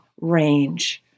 range